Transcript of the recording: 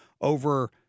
over—